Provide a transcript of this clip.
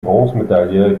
bronzemedaille